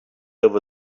over